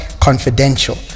confidential